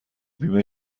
بیمه